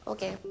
Okay